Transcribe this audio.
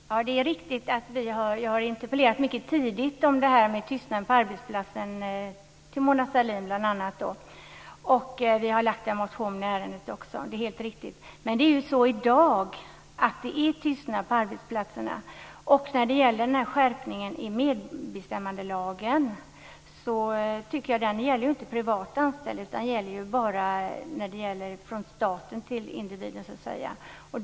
Fru talman! Det är riktigt att jag mycket tidigt har interpellerat om tystnad på arbetsplatsen till bl.a. Mona Sahlin. Vi har också väckt en motion i ärendet. Det är helt riktigt. I dag är det tystnad på arbetsplatserna. Skärpningen i medbestämmandelagen gäller inte privatanställda utan den gäller bara mellan staten och individen.